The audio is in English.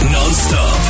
Non-stop